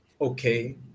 Okay